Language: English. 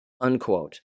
unquote